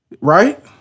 Right